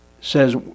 says